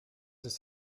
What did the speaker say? ist